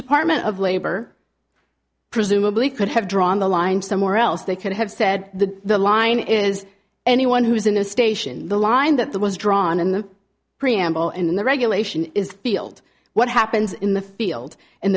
department of labor presumably could have drawn the line somewhere else they could have said the the line is anyone who's in a station the line that that was drawn in the preamble and the regulation is the field what happens in the field